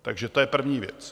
Takže to je první věc.